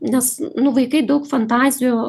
nes nu vaikai daug fantazijų